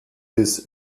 des